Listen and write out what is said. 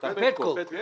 "פדקו".